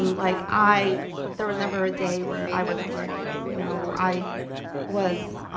um like, i but there was never a day where i wasn't learning. you know i was,